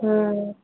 हुँ